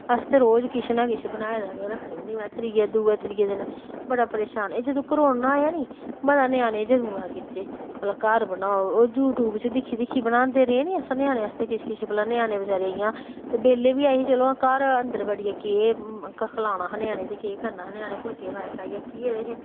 अस रोज किश न किश बनाए दा गै रक्खनी होन्नी त्रिऐ दुऐ दिन बड़ा परेशान जदूं करोना होएआ निं मता ञ्यानें जदूं दा गिज्झे भला घर बनाओ यूटयूब च दिक्खी दिक्खियै बनांदे रेह् निं अस ञ्यानें आस्तै किश किश भला ञ्यानें बचैरे इयां ते बैह्ल्ले बी ऐहे चलो अन्दर बड़ियै केह् खलाना हा ञ्यानें ते केह् करना हा ञ्यानें फुल्के खाई खाई अक्की गेदे हे